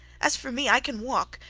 as for me i can walk,